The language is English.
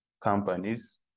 companies